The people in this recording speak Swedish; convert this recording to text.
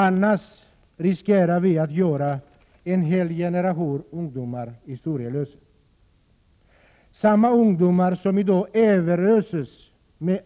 Annars riskerar vi att göra en hel generation ungdomar historielös — samma ungdomar som i dag överöses med